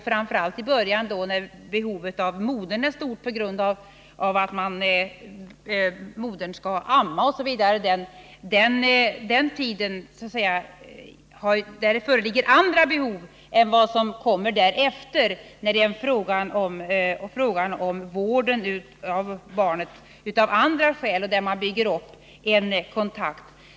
Framför allt är det ju en skillnad mellan den allra första tiden, när behovet av modern är stort på grund av att hon skall amma osv., och tiden som kommer därefter när det är fråga om vården av barnet av andra skäl och där man bygger upp en kontakt.